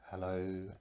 Hello